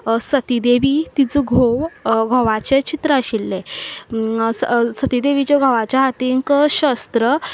सतीदेवी तिचो घोव घोवाचें चित्र आशिल्लें सतीदेवीच्या घोवाच्या हातीक शस्त्र